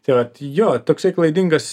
tai vat jo toksai klaidingas